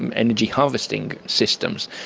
and energy harvesting systems.